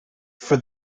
for